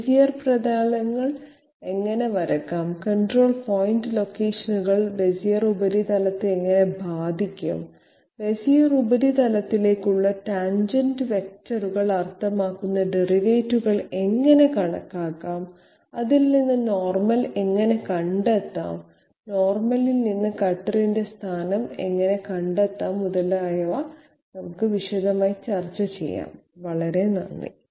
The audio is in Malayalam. ബെസിയർ പ്രതലങ്ങൾ എങ്ങനെ വരയ്ക്കാം കൺട്രോൾ പോയിന്റ് ലൊക്കേഷനുകൾ ബെസിയർ ഉപരിതലത്തെ എങ്ങനെ ബാധിക്കും ബെസിയർ ഉപരിതലത്തിലേക്കുള്ള ടാൻജന്റ് വെക്റ്ററുകൾ അർത്ഥമാക്കുന്ന ഡെറിവേറ്റീവുകൾ എങ്ങനെ കണക്കാക്കാം അതിൽ നിന്ന് നോർമൽ എങ്ങനെ കണ്ടെത്താം നോർമലിൽ നിന്ന് കട്ടറിന്റെ സ്ഥാനം എങ്ങനെ കണ്ടെത്താം മുതലായവ വിശദമായി ചർച്ച ചെയ്യാം വളരെ നന്ദി